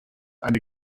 eine